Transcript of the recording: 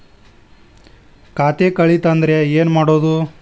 ಖಾತೆ ಕಳಿತ ಅಂದ್ರೆ ಏನು ಮಾಡೋದು?